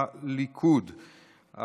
קבוצת הליכוד,